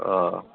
অঁ